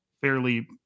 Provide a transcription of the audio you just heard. fairly